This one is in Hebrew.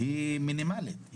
היא מינימלית.